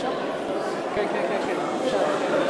שתומך.